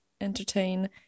entertain